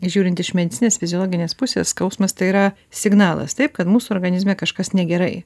žiūrint iš medicininės fiziologinės pusės skausmas tai yra signalas taip kad mūsų organizme kažkas negerai